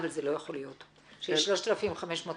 אבל זה לא יכול להיות שיש 3,500 פניות.